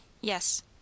Yes